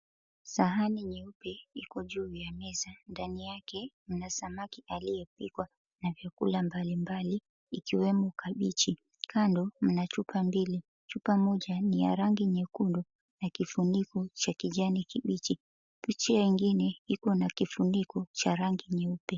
Sahani nyeupe iko juu ya meza, ndani yake mna samaki aliyepikwa na vyakula mbalimbali ikiwemo kabichi. Kando mna chupa mbili, chupa moja ni ya rangi nyekundu na kifuniko cha kijani kibichi, picha nyingine iko na kifuniko cha rangi nyeupe.